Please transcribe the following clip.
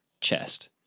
chest